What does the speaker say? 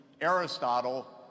Aristotle